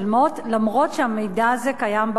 אף שהמידע הזה קיים באוצר.